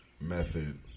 method